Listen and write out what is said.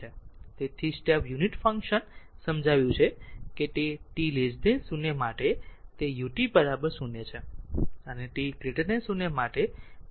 તેથી step unit function સમજાવી છે કે t 0 તે ut 0 અને t 0 તે ut 1